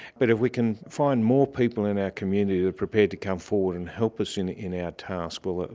but if we can find more people in our community that are prepared to come forward and help us in in our task, well, ah